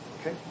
Okay